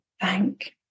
Thank